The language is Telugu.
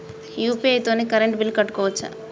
యూ.పీ.ఐ తోని కరెంట్ బిల్ కట్టుకోవచ్ఛా?